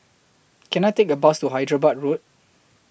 Can I Take A Bus to Hyderabad Road